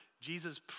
Jesus